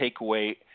takeaway